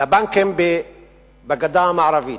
לבנקים בגדה המערבית,